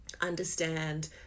understand